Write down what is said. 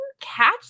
catch